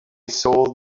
saw